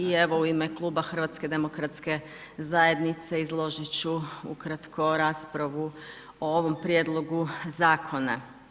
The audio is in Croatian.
I evo u ime Kluba HDZ-a izložiti ću ukratko raspravu o ovom prijedlogu zakona.